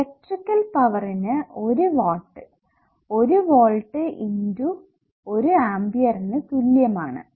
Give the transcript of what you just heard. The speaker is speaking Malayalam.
ഇലക്ട്രിക്കൽ പവറിനു 1 വാട്ട് 1 വോൾട്ട് × 1 ആംപിയറിനു തുല്യം ആണ്